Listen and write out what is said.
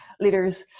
leaders